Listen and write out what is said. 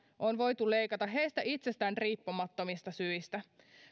on voitu leikata heistä itsestään riippumattomista syistä